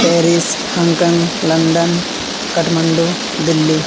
Paris Hong Kong London Kathmandu Delhi